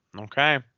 Okay